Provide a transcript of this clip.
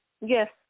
Yes